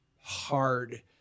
hard